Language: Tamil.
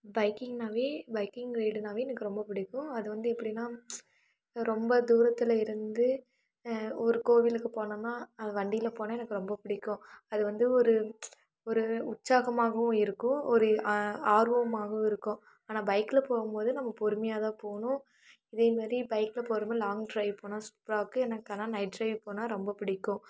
பைக்கிங்னாவே பைக்கிங் ரைடுனாவே எனக்கு ரொம்ப பிடிக்கும் அது வந்து எப்படின்னா ரொம்ப தூரத்தில் இருந்து ஒரு கோவிலுக்கு போனோம்ன்னா அது வண்டியில் போனால் எனக்கு ரொம்ப பிடிக்கும் அது வந்து ஒரு ஒரு உற்சாகமாகவும் இருக்கும் ஒரு ஆர்வமாகவும் இருக்கும் ஆனால் பைக்ல போகும்போது நம்ம பொறுமையாகதான் போகணும் இதேமாரி பைக்கில் போகிறப்ப லாங்க் ட்ரைவ் போனால் சூப்பராக இருக்குது எனக்கு ஆனால் நைட் ட்ரைவ் போனால் ரொம்ப பிடிக்கும்